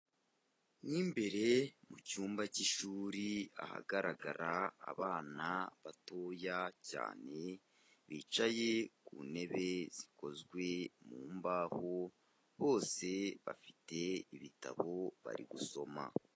Mo imbere mu cyumba cy'ishuri ahagaragara abana batoya cyane, bicaye ku ntebe zikozwe mu mbaho, bose bafite ibitabo bari gusoma.